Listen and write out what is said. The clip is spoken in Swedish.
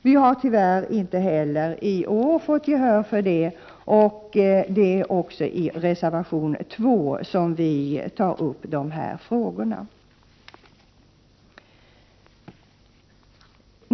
Vi har tyvärr inte heller i år fått gehör för detta. Dessa frågor tas också upp i reservation nr 2.